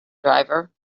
driver